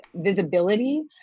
visibility